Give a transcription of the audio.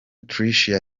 tricia